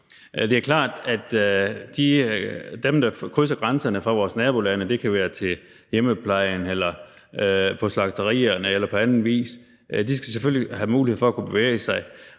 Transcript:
Det er klart, at dem, der krydser grænserne fra vores nabolande – det kan være til hjemmeplejen eller til slagterierne eller på anden vis – skal have mulighed for at kunne bevæge sig,